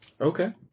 Okay